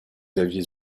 aviez